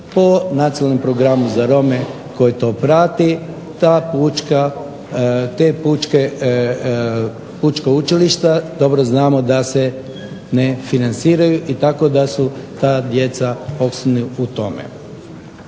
po nacionalnom programu za Rome koji to prati. Ta pučka učilišta dobro znamo da se ne financiraju i tako da su ta djeca … u tome.